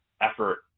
effort